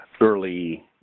early